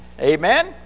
Amen